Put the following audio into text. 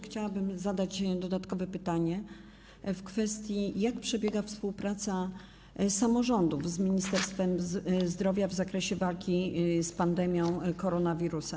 Chciałabym zadać dodatkowe pytanie o to, jak przebiega współpraca samorządów z Ministerstwem Zdrowia w zakresie walki z pandemią koronawirusa.